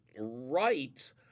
right